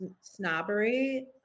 snobbery